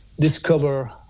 discover